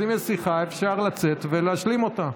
אם יש שיחה, אפשר לצאת ולהשלים אותה.